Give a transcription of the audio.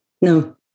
No